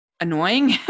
annoying